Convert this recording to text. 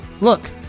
look